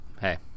Hey